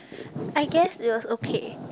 I guess it was okay